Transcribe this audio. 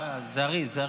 זריז, זריז.